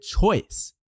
choice